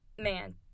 man